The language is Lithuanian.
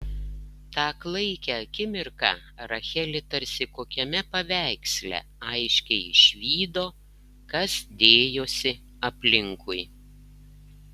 tą klaikią akimirką rachelė tarsi kokiame paveiksle aiškiai išvydo kas dėjosi aplinkui